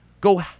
go